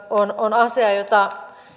on on asia jota